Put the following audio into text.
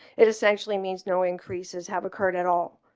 it essentially means no increases have occurred at all.